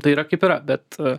tai yra kaip yra bet